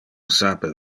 sape